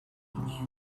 knew